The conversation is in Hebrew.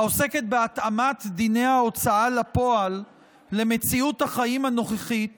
העוסקת בהתאמת דיני ההוצאה לפועל למציאות החיים הנוכחית